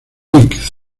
lic